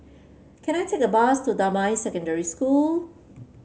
can I take a bus to Damai Secondary School